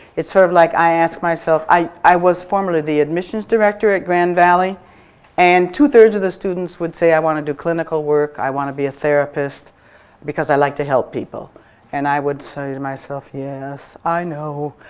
it's sort of like, i ask myself i i was formerly the admissions director at grand valley and two three rds of the students would say i want to do clinical work, i want to be a therapist because i like to help people and i would say to myself, yes, i know,